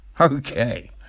okay